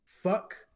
Fuck